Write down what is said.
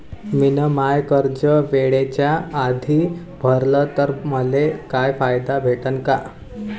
मिन माय कर्ज वेळेच्या आधी भरल तर मले काही फायदा भेटन का?